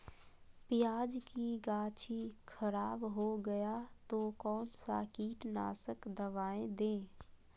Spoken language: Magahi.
प्याज की गाछी खराब हो गया तो कौन सा कीटनाशक दवाएं दे?